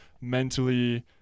mentally